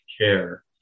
care